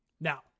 Now